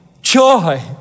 joy